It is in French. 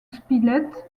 spilett